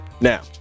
now